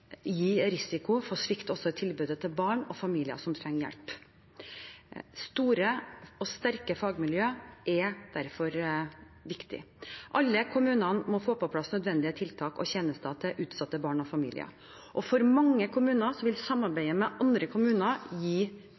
gi risiko for svikt i tilbudet til barn og familier som trenger hjelp. Store og sterke fagmiljø er derfor viktig. Alle kommuner må få på plass nødvendige tiltak og tjenester til utsatte barn og familier. For mange kommuner vil samarbeid med andre kommuner gi